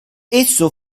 esso